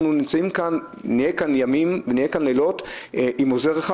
אנחנו נהיה כאן ימים ולילות רק עם עוזר אחד